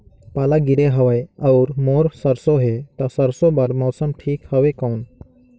पाला गिरे हवय अउर मोर सरसो हे ता सरसो बार मौसम ठीक हवे कौन?